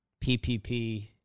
PPP